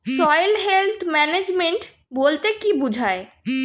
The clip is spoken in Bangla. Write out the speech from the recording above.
সয়েল হেলথ ম্যানেজমেন্ট বলতে কি বুঝায়?